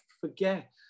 forget